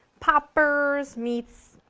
poppers meets,